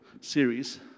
series